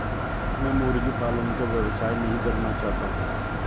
मैं मुर्गी पालन का व्यवसाय नहीं करना चाहता हूँ